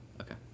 okay